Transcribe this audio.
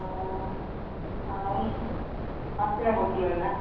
ହଁ ଆଉ କିରା କରଥିଲୁ ଏଇନା